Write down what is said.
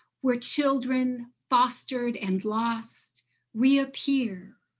where children fostered and lost reappear.